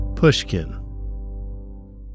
Pushkin